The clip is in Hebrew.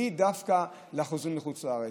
לאו דווקא לחוזרים מחוץ לארץ.